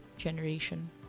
generation